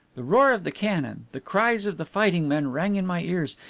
the roar of the cannon, the cries of the fighting men rang in my ears,